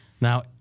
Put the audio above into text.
Now